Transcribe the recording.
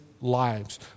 lives